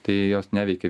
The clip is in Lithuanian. tai jos neveikė